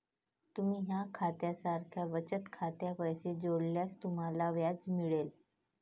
तुम्ही या खात्या सारख्या बचत खात्यात पैसे जोडल्यास तुम्हाला व्याज मिळेल